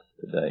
today